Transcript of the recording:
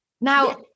now